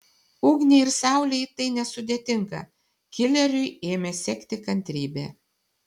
ugniai ir saulei tai nesudėtinga kileriui ėmė sekti kantrybė